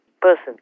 person